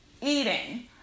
eating